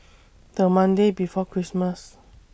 The Monday before Christmas